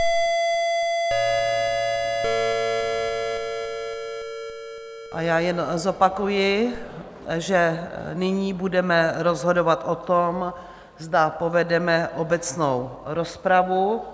A já jen zopakuji, že nyní budeme rozhodovat o tom, zda povedeme obecnou rozpravu.